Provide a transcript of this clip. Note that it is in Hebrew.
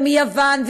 ומיוון,